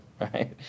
right